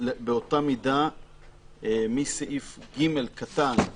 באותה מידה מסעיף קטן (ג),